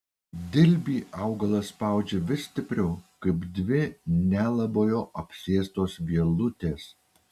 dilbį augalas spaudžia vis stipriau kaip dvi nelabojo apsėstos vielutės